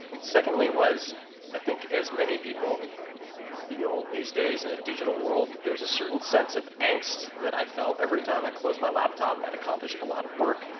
secondly was i think as many people feel these days in a digital world there's a certain sense of angst that i felt every time i closed my laptop. i'd accomplished a lot of work,